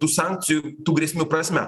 tų sankcijų tų grėsmių prasme